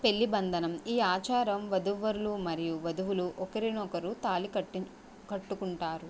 పెళ్లి బంధనము ఈ ఆచారం వధూవరులు మరియు వధువులు ఒకరినొకరు తాళి కట్టి కట్టుకుంటారు